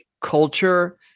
culture